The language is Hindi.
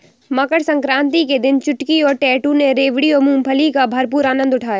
मकर सक्रांति के दिन चुटकी और टैटू ने रेवड़ी और मूंगफली का भरपूर आनंद उठाया